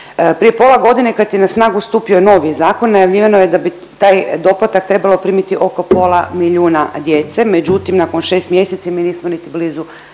Prije pola godine kad je na snagu stupio novi zakon najavljivano je da bi taj doplatak trebalo primiti oko pola milijuna djece, međutim nakon 6 mjeseci mi nismo niti blizu